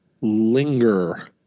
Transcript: linger